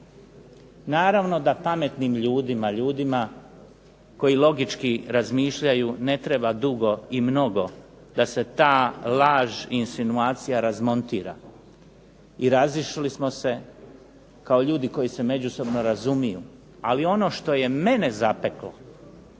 Naravno da pametnim ljudima, ljudima koji logički razmišljaju ne treba dugo i mnogo da se ta laž i insinuacija razmontira i razišli smo se kao ljudi koji se međusobno razumiju. Ali ono što je mene zapeklo,